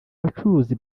abacuruzi